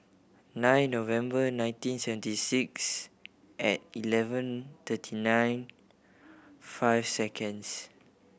nine November nineteen seventy six at eleven thirty nine five seconds